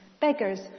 Beggars